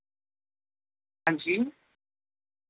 ہاں جی